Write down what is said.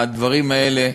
הדברים האלה,